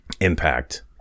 impact